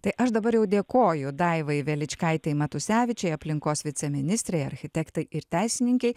tai aš dabar jau dėkoju daivai veličkaitei matusevičei aplinkos viceministrei architektei ir teisininkei